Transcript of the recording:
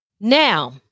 now